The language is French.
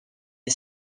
les